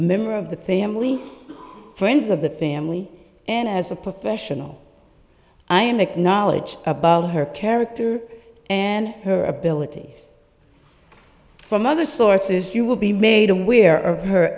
a member of the family friends of the family and as a professional i am acknowledge about her character and her abilities from other sources you will be made aware of her